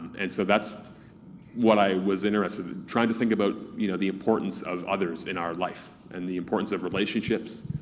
and so that's what i was interested in, trying to think about you know the importance of others in our life, and the importance of relationships.